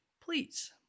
Please